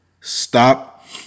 Stop